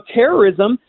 terrorism